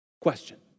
question